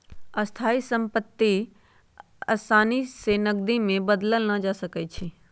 स्थाइ सम्पति असानी से नकदी में बदलल न जा सकइ छै